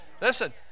Listen